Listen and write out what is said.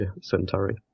Centauri